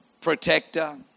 protector